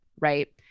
right